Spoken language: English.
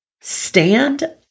stand